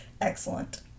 Excellent